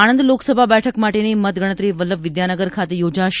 આણંદ લોકસભા બેઠક માટેની મતગણતરી વલ્લભવિદ્યાનગર ખાતે યોજાશે